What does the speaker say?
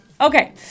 Okay